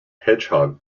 hedgehog